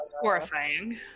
horrifying